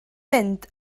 mynd